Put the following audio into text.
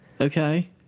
Okay